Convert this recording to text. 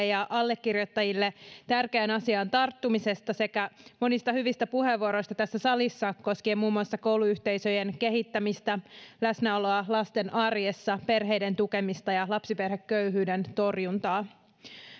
ja allekirjoittajille tärkeään asiaan tarttumisesta sekä monista hyvistä puheenvuoroista tässä salissa koskien muun muassa kouluyhteisöjen kehittämistä läsnäoloa lasten arjessa perheiden tukemista ja lapsiperheköyhyyden torjuntaa